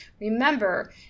Remember